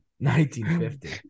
1950